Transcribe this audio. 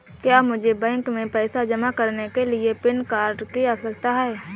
क्या मुझे बैंक में पैसा जमा करने के लिए पैन कार्ड की आवश्यकता है?